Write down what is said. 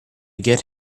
get